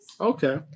Okay